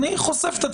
אני חושף את עצמי,